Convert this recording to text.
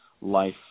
life